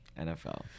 NFL